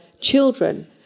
children